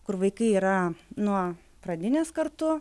kur vaikai yra nuo pradinės kartu